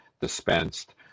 dispensed